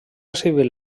civil